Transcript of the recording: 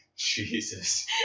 Jesus